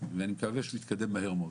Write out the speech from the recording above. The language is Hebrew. והדיון ומקווה שהנושא יקודם מהר מאוד.